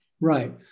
right